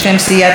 בבקשה,